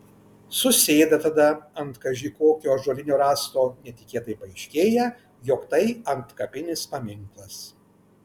susėda tada ant kaži kokio ąžuolinio rąsto netikėtai paaiškėja jog tai antkapinis paminklas